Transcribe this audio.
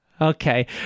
Okay